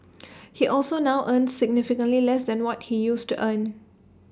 he also now earns significantly less than what he used to earn